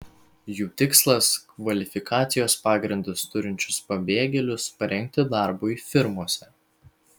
jų tikslas kvalifikacijos pagrindus turinčius pabėgėlius parengti darbui firmose